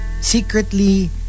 secretly